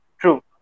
True